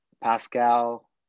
Pascal